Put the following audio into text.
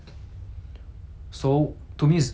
they're successful in their own way